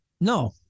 No